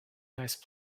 nice